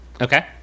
Okay